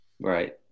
Right